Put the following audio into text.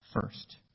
first